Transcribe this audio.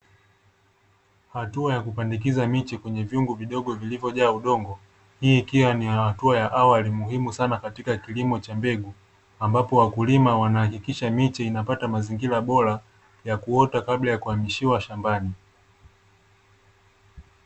Hatua ya kupandikiza miti kwenye vyungu vidogo vilivyojaa udongo, hii ikiwa ni hatua ya awali muhimu sana katika kilimo cha mbegu, ambapo wakulima wanahakikisha miche inapata mazingira bora ya kuota kabla ya kuhamishiwa shambani.